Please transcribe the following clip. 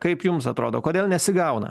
kaip jums atrodo kodėl nesigauna